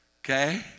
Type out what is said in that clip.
Okay